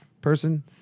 person